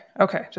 Okay